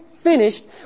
finished